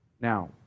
Now